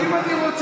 שנים רבות,